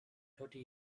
thirty